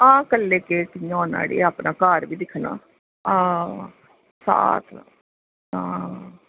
हां कल्लै कि'यां होना अड़ियै अपना घर बी दिक्खना हां साथ हां